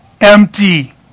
empty